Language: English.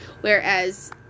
whereas